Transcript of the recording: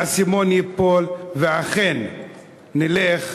האסימון ייפול ואכן נלך